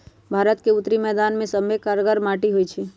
भारत के उत्तरी मैदान सभमें कछार माटि होइ छइ